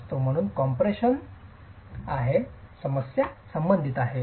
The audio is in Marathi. म्हणूनच ही कॉम्प्रेसशन आहे जी हाताची समस्या संबंधित आहे